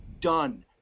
Done